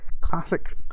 classic